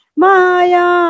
maya